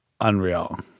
Unreal